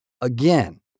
again